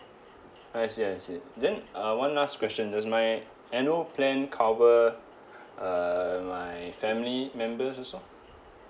I see I see then uh one last question does my annual plan cover err my family members also